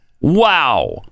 wow